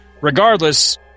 Regardless